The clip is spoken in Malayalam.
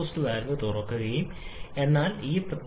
എപ്പോൾ 1 ന് തുല്യമായത് എന്താണ് അർത്ഥമാക്കുന്നത്